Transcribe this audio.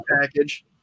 package